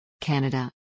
Canada